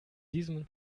diesem